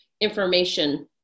information